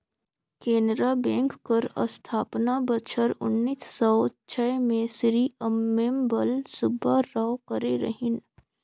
Canara bank कर अस्थापना बछर उन्नीस सव छय में श्री अम्मेम्बल सुब्बाराव करे रहिन